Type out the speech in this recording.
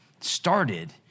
started